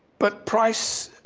but price,